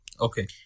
Okay